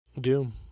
doom